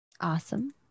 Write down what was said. Awesome